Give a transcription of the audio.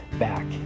back